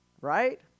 right